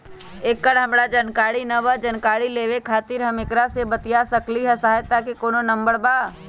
एकर हमरा जानकारी न बा जानकारी लेवे के खातिर हम केकरा से बातिया सकली ह सहायता के कोनो नंबर बा?